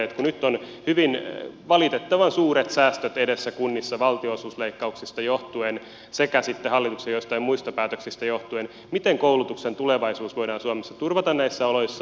kun nyt on valitettavan suuret säästöt edessä kunnissa valtionosuusleikkauksista johtuen sekä sitten hallituksen joistain muista päätöksistä johtuen niin miten koulutuksen tulevaisuus voidaan suomessa turvata näissä oloissa